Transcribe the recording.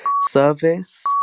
Service